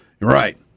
right